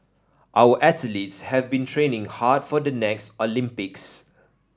our athletes have been training hard for the next Olympics